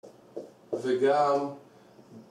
וגם